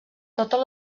totes